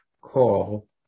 call